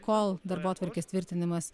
kol darbotvarkės tvirtinimas